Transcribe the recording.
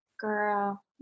Girl